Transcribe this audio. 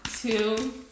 two